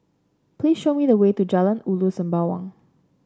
please show me the way to Jalan Ulu Sembawang